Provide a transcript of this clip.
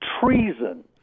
treason